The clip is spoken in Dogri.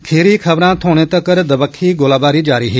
खीरी खबरां थ्होने तक्कर दबक्खी गोलाबारी जारी ही